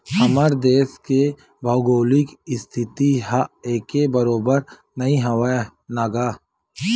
हमर देस के भउगोलिक इस्थिति ह एके बरोबर नइ हवय न गा